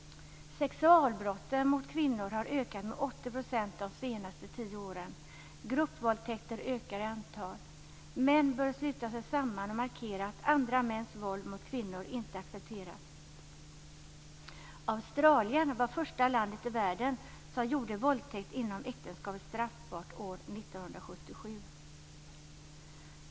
Sexualbrotten mot kvinnor har ökat med 80 % de senaste tio åren. Gruppvåldtäkterna ökar i antal. Män bör sluta sig samman och markera att andra mäns våld mot kvinnor inte accepteras. Australien var år 1977 det första land i världen som gjorde våldtäkt inom äktenskapet straffbar.